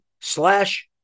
slash